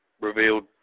revealed